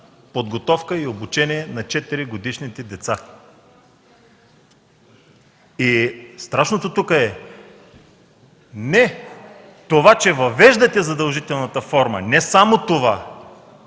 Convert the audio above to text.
подготовка и обучение на четиригодишните деца. Страшното тук е не това, че въвеждате задължителната форма – не само това,